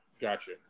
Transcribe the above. Gotcha